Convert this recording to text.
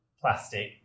plastic